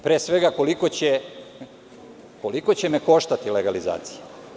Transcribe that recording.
Pre svega, koliko će me koštati legalizacija?